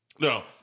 No